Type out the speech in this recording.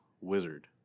wizard